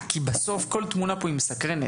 כי בסוף כל תמונה פה היא מסקרנת